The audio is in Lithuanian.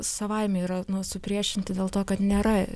savaime yra nu supriešinti dėl to kad nėra